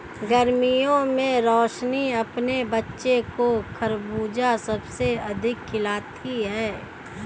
गर्मियों में रोशनी अपने बच्चों को खरबूज सबसे अधिक खिलाती हैं